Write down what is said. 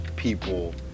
People